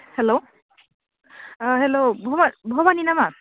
hello hello भबानि नामा